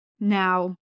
Now